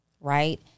right